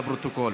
לפרוטוקול,